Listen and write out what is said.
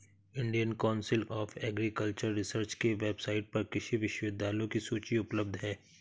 Indian council of agricultural research के website पर कृषि विश्वविद्यालयों की सूची उपलब्ध है